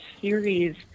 series